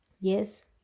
yes